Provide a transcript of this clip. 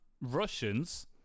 Russians